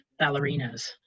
ballerinas